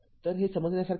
तर हे समजण्यासारखे आहे